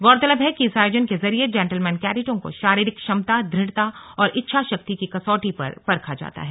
गौरतलब है कि इस आयोजन के जरिए जेंटलमैन कैंडेटों को शारीरिक क्षमता दुढ़ता और इच्छाशक्ति की कसौटी पर परखा जाता है